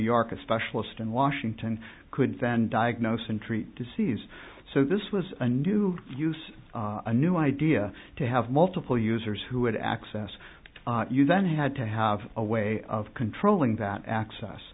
york a specialist in washington could then diagnose and treat disease so this was a new use a new idea to have multiple users who had access to you then had to have a way of controlling that access